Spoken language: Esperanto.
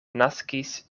naskis